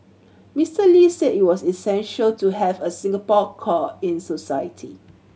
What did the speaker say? Mister Lee said it was essential to have a Singapore core in society